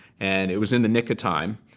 and it was in the nick of time.